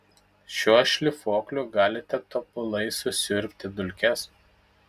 šiuo šlifuokliu galite tobulai susiurbti dulkes